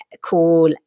cool